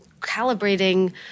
calibrating